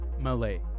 Malay